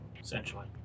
Essentially